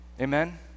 Amen